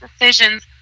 decisions